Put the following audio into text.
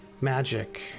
magic